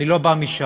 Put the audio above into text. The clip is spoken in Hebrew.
אני לא בא משם.